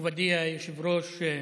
מכובדי היושב-ראש,